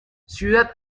ciudad